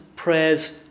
Prayers